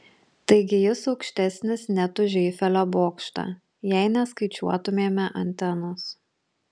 taigi jis aukštesnis net už eifelio bokštą jei neskaičiuotumėme antenos